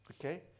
Okay